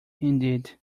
indeed